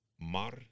Mar